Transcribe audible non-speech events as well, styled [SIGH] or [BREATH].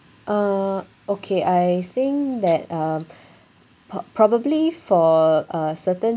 uh okay I think that um [BREATH] prob~ probably for uh certain